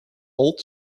old